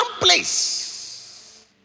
place